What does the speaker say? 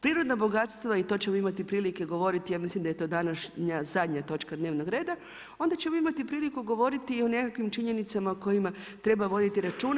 Prirodna bogatstva i to ćemo imati prilike govoriti, ja mislim da je to današnja zadnja točka dnevnog reda, onda ćemo imati priliku govoriti i o nekakvim činjenicama o kojima treba voditi računa.